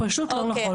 זה פשוט לא נכון.